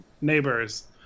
neighbors